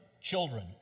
children